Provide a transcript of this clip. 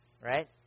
Right